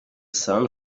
sun